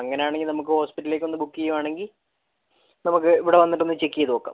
അങ്ങനെ ആണെങ്കിൽ നമുക്ക് ഹോസ്പിറ്റലിലേക് ഒന്ന് ബുക്ക് ചെയ്യുക ആണെങ്കിൽ നമുക്ക് ഇവിടെ വന്നിട്ട് ഒന്ന് ചെക്ക് ചെയ്ത് നോകാം